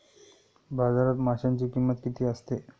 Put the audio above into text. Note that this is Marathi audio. बाजारात माशांची किंमत किती असते?